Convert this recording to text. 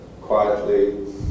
quietly